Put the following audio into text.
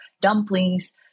dumplings